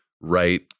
right